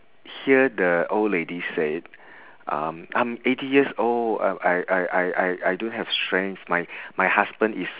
hear the old lady say um I'm eighty years old I I I I I don't have strength my my husband is